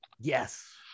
Yes